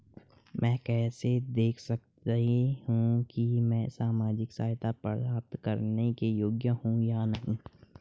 मैं कैसे देख सकती हूँ कि मैं सामाजिक सहायता प्राप्त करने के योग्य हूँ या नहीं?